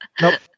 Nope